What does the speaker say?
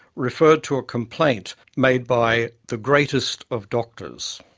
referred to a complaint made by the greatest of doctors.